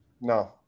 No